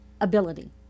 ability